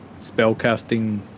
spellcasting